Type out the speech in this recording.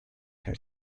her